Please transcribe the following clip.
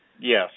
yes